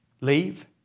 leave